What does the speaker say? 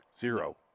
Zero